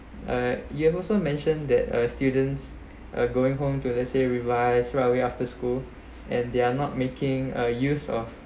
uh you have also mentioned that uh students are going home to let's say revise right away after school and they are not making uh use of